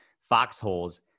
foxholes